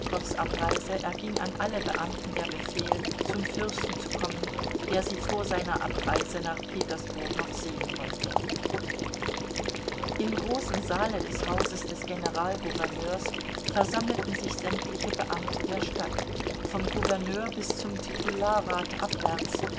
abreise erging an alle beamten der befehl zum fürsten zu kommen der sie vor seiner abreise nach petersburg noch sehen wolle im großen saale des hauses des generalgouverneurs versammelten sich sämtliche beamte der stadt vom gouverneur bis zum titullarrat abwärts